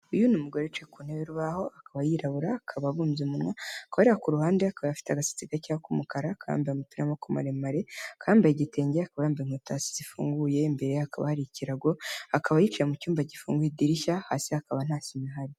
Uyu ni umugore yicaye ku ntebe y'urubaho akaba yirabura akaba abumbye umunwa akaba areba ku ruhande akaba afite agasatsi gakeya ku mukara k'amoboko maremare akaba yambaye igitenge akaba yambaye inkweta zifunguye imbere akaba hari ikirago akaba yicaye mu cyumba gifunguye idirishya hasi akaba nta sima ihari.